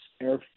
Air